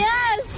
Yes